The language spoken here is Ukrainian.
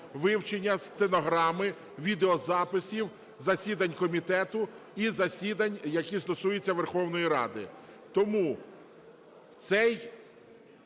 вивчення стенограми, відеозаписів засідань комітету і засідань, які стосуються Верховної Ради. Тому ця